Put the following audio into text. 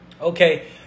Okay